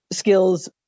skills